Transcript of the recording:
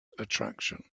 attraction